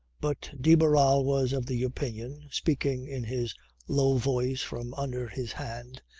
but de barral was of the opinion, speaking in his low voice from under his hand,